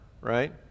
right